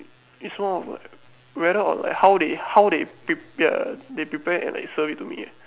is more of like whether or like how they how they pre~ yeah they prepare like serve it to me